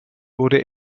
wurde